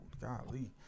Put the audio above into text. Golly